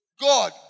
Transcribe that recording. God